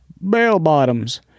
Bell-bottoms